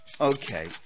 Okay